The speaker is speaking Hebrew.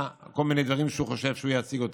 על כל מיני דברים שהוא חושב שהוא ישיג אותם.